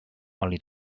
oli